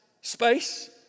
space